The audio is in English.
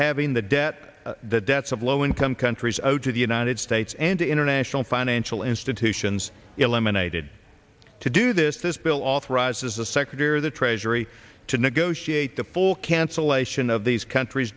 having the debt the debts of low income countries out to the united states and international financial institutions eliminated to do this this bill authorizes the secretary of the treasury to negotiate the full cancellation of these countries